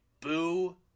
Boo